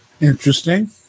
Interesting